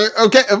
Okay